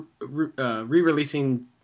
re-releasing